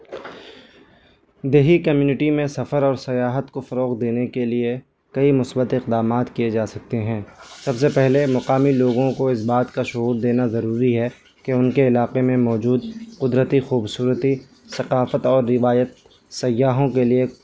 دیہی کمیونٹی میں سفر اور سیاحت کو فروغ دینے کے لیے کئی مثبت اقدامات کیے جا سکتے ہیں سب سے پہلے مقامی لوگوں کو اس بات کا شعور دینا ضروری ہے کہ ان کے علاقے میں موجود قدرتی خوبصورتی ثقافت اور روایت سیاحوں کے لیے